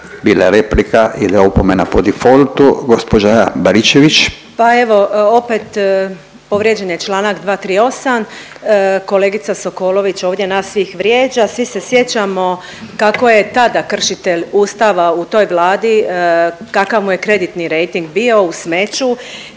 bila je replika, ide opomena po difoltu. Gđa. Baričević. **Baričević, Danica (HDZ)** Pa evo opet povrijeđen je čl. 238., kolegica Sokolović ovdje nas svih vrijeđa. Svi se sjećamo kako je tada kršitelj Ustava u toj Vladi kakav mu je kreditni rejting bio u smeću